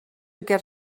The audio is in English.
get